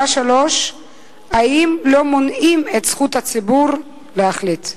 3. האם לא מונעים מהציבור את זכותו להחליט?